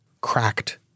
cracked